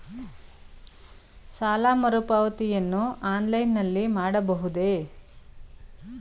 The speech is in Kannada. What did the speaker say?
ಸಾಲ ಮರುಪಾವತಿಯನ್ನು ಆನ್ಲೈನ್ ನಲ್ಲಿ ಮಾಡಬಹುದೇ?